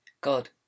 God